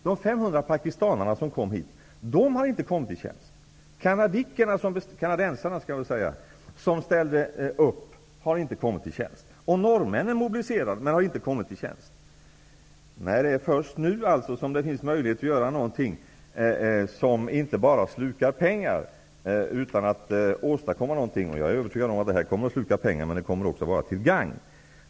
De 500 pakistanierna har ännu inte kommit i tjänst, och inte heller kanadensarna. Norrmännen mobiliserar, men inte heller de har kommit i tjänst. Det är först nu som det finns möjlighet att göra någonting som inte bara slukar pengar utan att man åstadkommer någonting. Jag är övertygad om att detta kommer att sluka pengar, men det kommer också att vara till gagn.